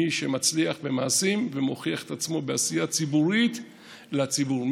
מי שמצליח במעשים ומוכיח את עצמו בעשייה ציבורית לציבור,